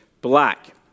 black